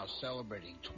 celebrating